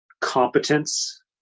competence